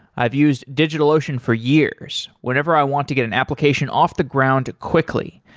i've used digitalocean for years whenever i want to get an application off the ground quickly,